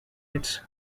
its